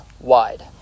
wide